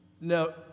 No